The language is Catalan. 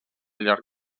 llarg